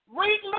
Read